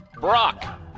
Brock